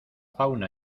fauna